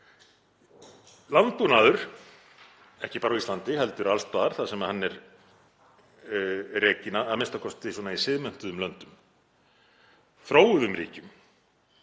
Landbúnaður, ekki bara á Íslandi heldur alls staðar þar sem hann er rekinn, a.m.k. svona í siðmenntuðum löndum, þróuðum ríkjum,